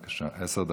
בבקשה, עשר דקות.